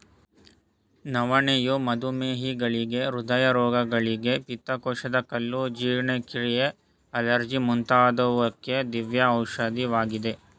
ನವಣೆಯು ಮಧುಮೇಹಿಗಳಿಗೆ, ಹೃದಯ ರೋಗಿಗಳಿಗೆ, ಪಿತ್ತಕೋಶದ ಕಲ್ಲು, ಜೀರ್ಣಕ್ರಿಯೆ, ಅಲರ್ಜಿ ಮುಂತಾದುವಕ್ಕೆ ದಿವ್ಯ ಔಷಧವಾಗಿದೆ